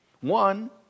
One